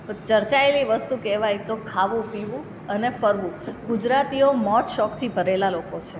ચર્ચાએલી વસ્તુ કહેવાય તો ખાવું પીવું અને ફરવું ગુજરાતીઓ મોજશોખથી ભરેલા લોકો છે